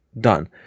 done